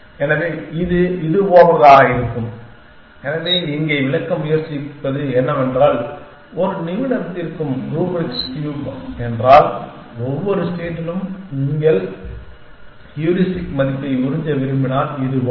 எனவே இது இதுபோன்றதாக இருக்கும் எனவே இங்கே விளக்க முயற்சிப்பது என்னவென்றால் ஒரு நிபுணர் தீர்க்கும் ரூப்ரிக்ஸ் க்யூப் என்றால் ஒவ்வொரு ஸ்டேட்டிலும் நீங்கள் ஹூரிஸ்டிக் மதிப்பை உறிஞ்ச விரும்பினால் இது போன்றது